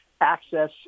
access